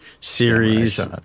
series